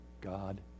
God